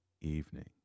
evening